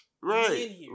Right